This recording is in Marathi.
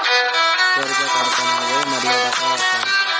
कर्ज काढताना वय मर्यादा काय आसा?